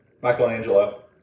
Michelangelo